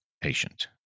patient